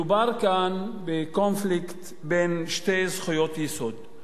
מדובר כאן בקונפליקט בין שתי זכויות יסוד: